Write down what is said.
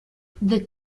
the